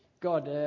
God